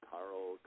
Carl